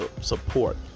support